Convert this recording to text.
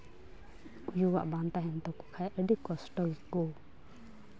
ᱩᱭᱩ ᱟᱜ ᱵᱟᱝ ᱛᱟᱦᱮᱱ ᱛᱟᱠᱚ ᱠᱷᱟᱡ ᱟᱹᱰᱤ ᱠᱚᱥᱴᱚ ᱜᱮᱠᱚ